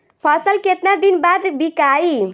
फसल केतना दिन बाद विकाई?